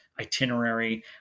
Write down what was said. itinerary